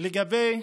לגבי